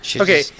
Okay